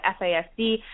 FASD